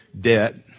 debt